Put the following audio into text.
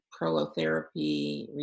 prolotherapy